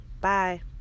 bye